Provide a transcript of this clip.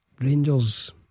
Rangers